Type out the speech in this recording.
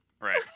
right